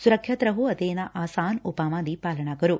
ਸੁਰੱਖਿਅਤ ਰਹੋ ਅਤੇ ਇਨ੍ਹਾਂ ਆਸਾਨ ਉਪਾਵਾਂ ਦੀ ਪਾਲਣਾ ਕਰੋ